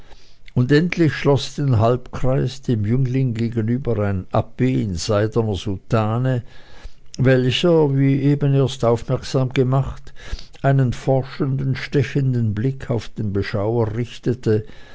und endlich schloß den halbkreis dem jüngling gegenüber ein abb in seidener soutane welcher wie eben erst aufmerksam gemacht einen forschenden stechenden blick auf den beschauer richtete